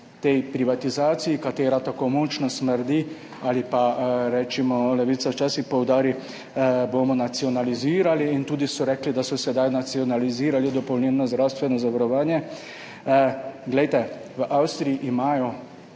tej privatizaciji, ki tako močno smrdi, ali pa recimo Levica včasih poudari, bomo nacionalizirali, in so tudi rekli, da so sedaj nacionalizirali dopolnilno zdravstveno zavarovanje. Glejte, v Avstriji imajo